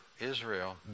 Israel